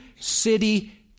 city